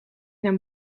een